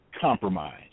compromise